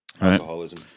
alcoholism